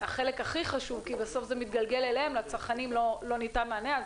החלק הכי חשוב כי בסוף זה מתגלגל אליהם הצרכנים לא ניתן מענה.